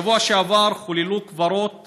בשבוע שעבר חוללו קברות